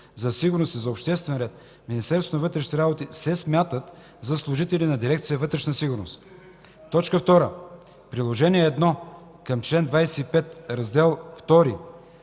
за сигурност и за обществен ред в Министерството на вътрешните работи се смятат за служители на дирекция „Вътрешна сигурност”. 2. В Приложение № 1 към чл. 25, Раздел